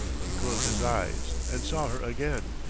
he closed his eyes and saw her again,